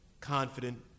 confident